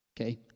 okay